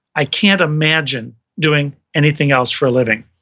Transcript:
i can't imagine doing anything else for a living?